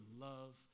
love